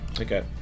Okay